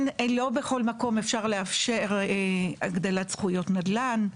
לא בכל מקום אפשר לאפשר הגדלת זכויות נדל"ן.